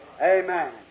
Amen